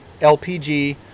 lpg